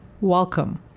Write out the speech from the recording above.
welcome